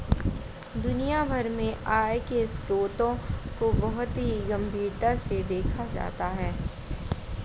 दुनिया भर में आय के स्रोतों को बहुत ही गम्भीरता से देखा जाता है